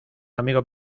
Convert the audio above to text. amigo